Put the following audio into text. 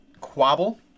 quabble